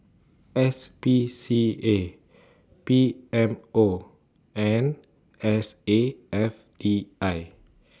S P C A P M O and S A F T I